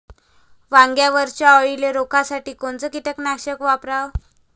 वांग्यावरच्या अळीले रोकासाठी कोनतं कीटकनाशक वापराव?